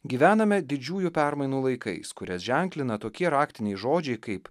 gyvename didžiųjų permainų laikais kurias ženklina tokie raktiniai žodžiai kaip